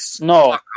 No